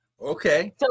Okay